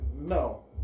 No